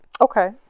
Okay